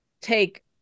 take